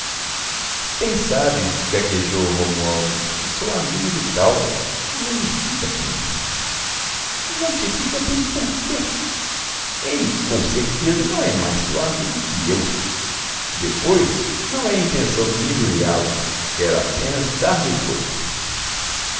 bem sabes gaguejou o romualdo que sou amigo do caldas não me fica bem não te fica bem por quê ele com certeza não é mais teu amigo que eu depois não é intenção minha injuriá lo quero apenas dar-lhe o troco